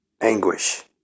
anguish